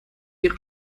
ihre